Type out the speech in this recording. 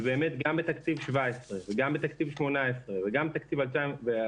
ובאמת גם בתקציב 2017 וגם בתקציב 2018 וגם בתקציב 2019,